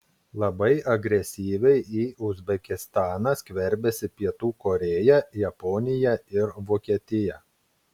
labai agresyviai į uzbekistaną skverbiasi pietų korėja japonija ir vokietija